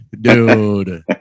dude